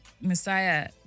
Messiah